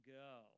go